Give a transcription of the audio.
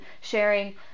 sharing